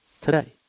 today